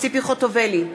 ציפי חוטובלי,